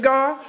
God